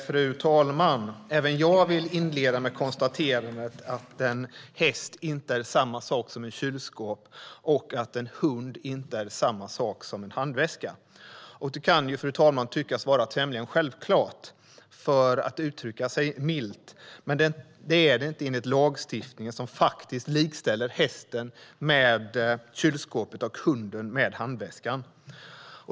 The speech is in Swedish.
Fru talman! Även jag vill inleda med konstaterandet att en häst inte är samma sak som ett kylskåp och att en hund inte är samma sak som en handväska. Detta kan ju tyckas vara tämligen självklart, för att uttrycka sig milt, men det är det inte enligt lagstiftningen, som faktiskt likställer hästen med kylskåpet och hunden med handväskan.